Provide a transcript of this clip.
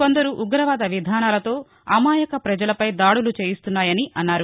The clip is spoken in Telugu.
కొందరు ఉగ్రవాద విధానాలతో అమాయక ప్రజలపై దాడులు చేయిస్తున్నాయని అన్నారు